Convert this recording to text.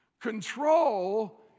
Control